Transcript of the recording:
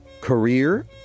career